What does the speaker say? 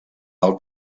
del